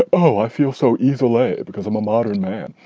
ah oh, i feel so easily because i'm a modern man.